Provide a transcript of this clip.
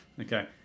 Okay